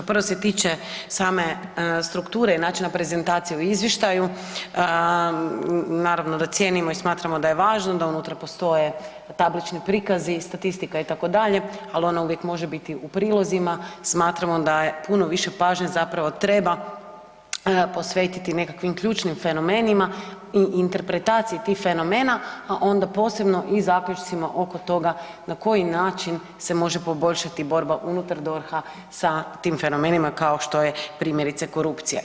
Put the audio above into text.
Prvo se tiče same strukture i načina prezentacije u izvještaju, naravno da cijenimo i smatramo da je važno da unutra postoje tablični prikazi i statistika itd., ali ona uvijek može biti u prilozima, smatramo da je puno više pažnje zapravo treba posvetiti nekakvim ključnim fenomenima i interpretaciji tih fenomena, a onda posebno i zaključcima oko toga na koji način se može poboljšati borba unutar DORH-a sa tim fenomenima kao što je primjerice korupcija.